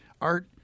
Art